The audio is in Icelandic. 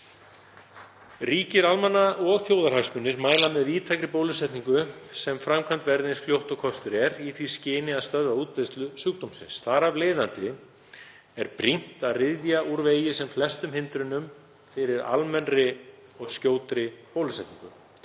Ríkir almanna- og þjóðarhagsmunir mæla með víðtækri bólusetningu sem framkvæmd verði eins fljótt og kostur er í því skyni að stöðva útbreiðslu sjúkdómsins. Þar af leiðandi er brýnt að ryðja úr vegi sem flestum hindrunum fyrir almennri og skjótri bólusetningu.